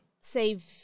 save